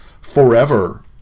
forever